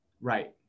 Right